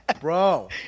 Bro